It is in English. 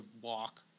walk